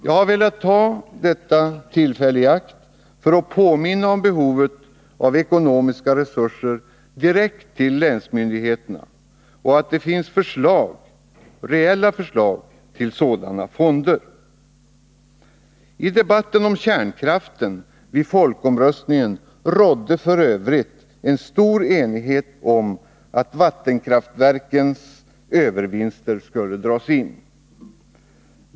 Jag har velat ta detta tillfälle i akt för att påminna om behovet av ekonomiska resurser direkt till länsmyndigheterna och om att det finns reella förslag till sådana fonder. I debatten om kärnkraften vid folkomröstningen rådde f. ö. stor enighet om att vattenkraftverkens övervinster skulle dras in.